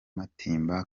matimba